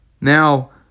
Now